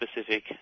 specific